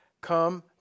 come